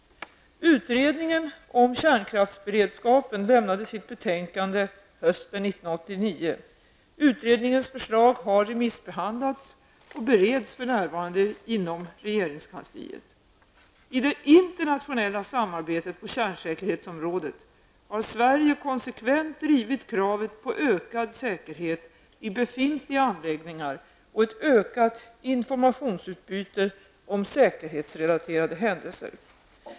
hösten 1989. Utredningens förslag har remissbehandlats och bereds för närvarande inom regeringskansliet. I det internationella samarbetet på kärnsäkerhetsområdet har Sverige konsekvent drivit kravet på ökad säkerhet i befintliga anläggningar och ett ökat informationsutbyte om säkerhetsrelaterade händelser.